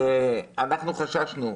אנחנו חששנו,